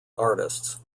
artists